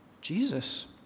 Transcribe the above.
Jesus